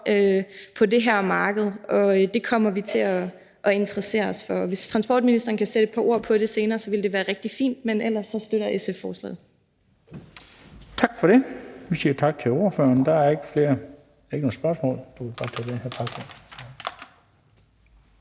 på det her marked, og det kommer vi til at interessere os for. Og hvis transportministeren kan sætte et par ord på det senere, ville det være rigtig fint. Men ellers støtter SF forslaget. Kl. 13:24 Den fg. formand (Bent Bøgsted): Vi siger tak til ordføreren. Der er ikke nogen spørgsmål.